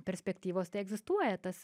perspektyvos tai egzistuoja tas